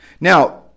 Now